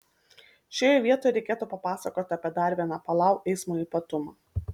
šioje vietoje reikėtų papasakoti apie dar vieną palau eismo ypatumą